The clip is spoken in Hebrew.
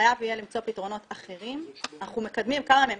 וחייב יהיה למצוא פתרונות אחרים ואנחנו מקדמים כמה מהם.